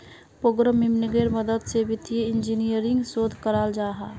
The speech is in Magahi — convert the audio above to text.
प्रोग्रम्मिन्गेर मदद से वित्तिय इंजीनियरिंग शोध कराल जाहा